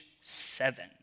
seven